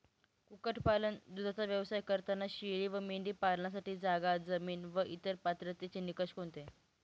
कुक्कुटपालन, दूधाचा व्यवसाय करताना शेळी व मेंढी पालनासाठी जागा, जमीन व इतर पात्रतेचे निकष कोणते?